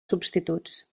substituts